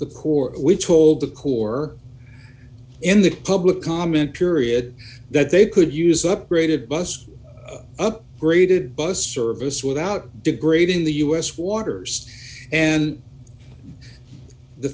the court we told the core in that public comment period that they could use upgraded bus up graded bus service without degrading the u s waters and the